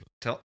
tell